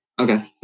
Okay